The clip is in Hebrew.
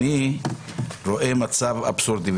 אני רואה מצב אבסורדי,